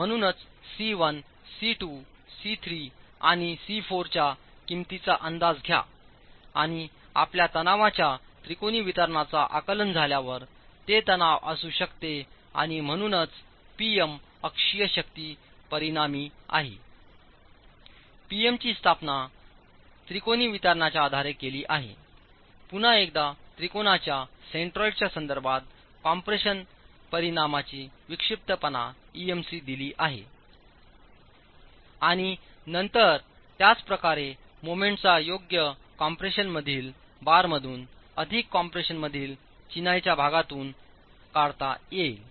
म्हणूनच C 1 C 2 C 3 आणि C 4 च्या किंमतीचा अंदाज घ्या किंवाआपल्या तणावाच्या त्रिकोणी वितरणाचा आकलन झाल्यावर ते तणावअसूशकतेआणि म्हणूनच Pm अक्षीय शक्ती परिणामी P M ची स्थापना त्रिकोणी वितरणाच्या आधारे केली आहेपुन्हा एकदा त्रिकोणाच्या सेंट्रोइडच्या संदर्भात कॉम्प्रेशन परिणामाचीविक्षिप्तपणा दिली आहे आणि नंतर त्याच प्रकारे मोमेंट्सचा योग कम्प्रेशनमधील बारमधून अधिक कम्प्रेशनमधील चिनाईच्याभागातुन काढता येईल